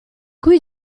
cui